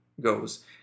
goes